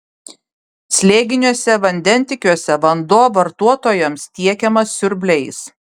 slėginiuose vandentiekiuose vanduo vartotojams tiekiamas siurbliais